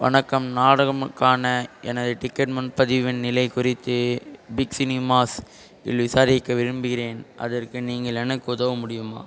வணக்கம் நாடகமுக்கான எனது டிக்கெட் முன்பதிவின் நிலை குறித்து பிக் சினிமாஸ் இல் விசாரிக்க விரும்புகிறேன் அதற்கு நீங்கள் எனக்கு உதவ முடியுமா